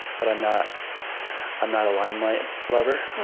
but i'm not i'm not a limelight-lover.